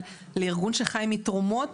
אבל לארגון שחי מתרומות,